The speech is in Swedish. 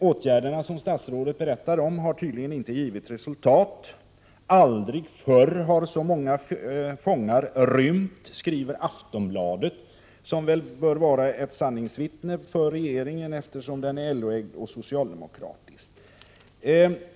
Åtgärderna som statsrådet berättade om har uppenbarligen inte givit resultat. Aldrig förr har så många fångar rymt, skriver Aftonbladet, som nog enligt regeringen bör vara ett sanningsvittne eftersom den tidningen är LO-ägd och socialdemokratisk.